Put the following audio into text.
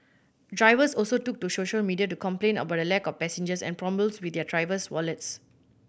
drivers also took to social media to complain about a lack of passengers and problems with their driver's wallets